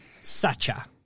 Sacha